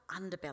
underbelly